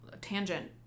tangent